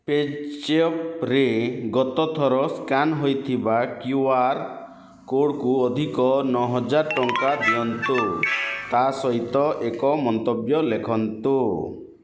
ପେଜାପ୍ରେ ଗତ ଥର ସ୍କାନ୍ ହୋଇଥିବା କ୍ୟୁଆର୍ କୋଡ଼୍କୁ ଅଧିକ ନଅ ହାଜର ଟଙ୍କା ଦିଅନ୍ତୁ ତା ସହିତ ଏକ ମନ୍ତବ୍ୟ ଲେଖନ୍ତୁ